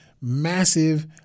massive